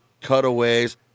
Cutaways